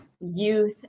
youth